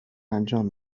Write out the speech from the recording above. انجام